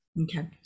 Okay